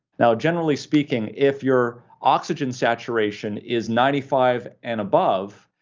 now generally speaking, if your oxygen saturation is ninety five and above,